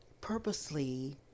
purposely